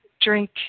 drink